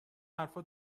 حرفها